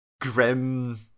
grim